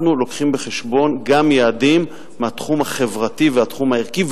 אנחנו מביאים בחשבון גם יעדים מהתחום החברתי והתחום הערכי,